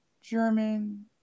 German